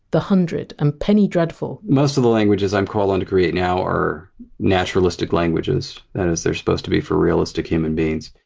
the one hundred, and penny dreadful most of the languages i'm called on to create now are naturalistic languages, that is they're supposed to be for realistic human beings.